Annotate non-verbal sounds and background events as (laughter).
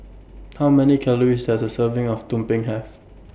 (noise) How Many Calories Does A Serving of Tumpeng Have